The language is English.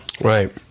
Right